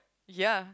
ya